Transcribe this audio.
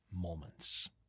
moments